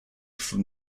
from